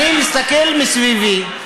אני מסתכל מסביבי,